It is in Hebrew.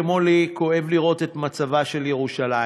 כמו לי, כואב לראות את מצבה של ירושלים,